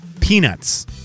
peanuts